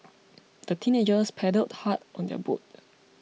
the teenagers paddled hard on their boat